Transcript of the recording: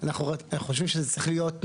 אנחנו חושבים שזה צריך להיות,